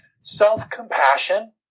Self-compassion